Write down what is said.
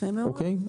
יפה מאוד.